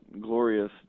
glorious